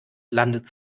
landet